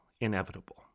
inevitable